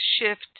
shift